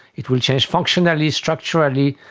it will change functionally, structurally,